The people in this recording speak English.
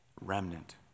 remnant